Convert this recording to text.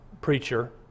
preacher